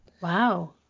Wow